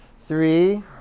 three